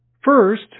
First